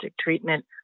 treatment